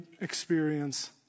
experience